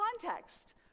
context